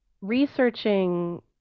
researching